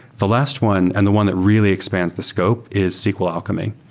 the last one and the one that really expands the scope is sql alchemy.